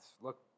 look